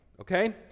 Okay